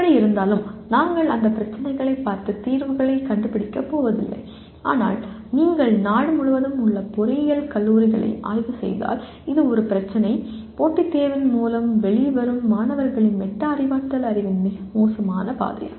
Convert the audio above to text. எப்படியிருந்தாலும் நாங்கள் அந்தப் பிரச்சினைகளைப் பார்த்து தீர்வுகளைக் கண்டுபிடிக்கப் போவதில்லை ஆனால் நீங்கள் நாடு முழுவதும் உள்ள பொறியியல் கல்லூரிகளை ஆய்வு செய்தால் இது ஒரு பிரச்சினை போட்டித் தேர்வின் மூலம் வெளிவரும் மாணவர்களின் மெட்டா அறிவாற்றல் அறிவின் மிக மோசமான பாதை